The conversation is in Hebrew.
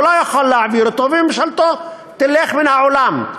והוא לא יוכל להעביר אותו וממשלתו תלך מן העולם.